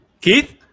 Keith